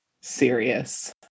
serious